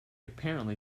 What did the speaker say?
apparently